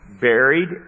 Buried